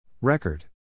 Record